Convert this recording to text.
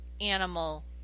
animal